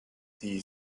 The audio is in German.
die